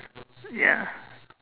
ya